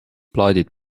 plaadid